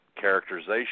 characterization